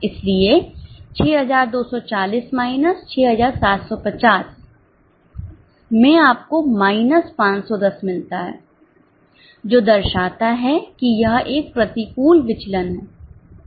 इसलिए 6240 माइनस 6750 में आपको माइनस 510 मिलता है जो दर्शाता है कि यह एक प्रतिकूल विचलन है